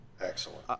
Excellent